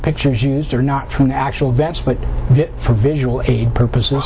the pictures used are not to an actual events but for visual aid purposes